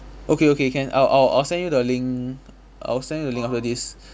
okay okay can I'll I'll I'll send you the link I'll send you the link after this